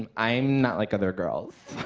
um i'm not like other girls.